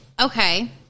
okay